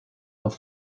auf